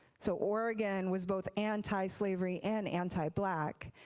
so oregon was both anti slavery and anti black,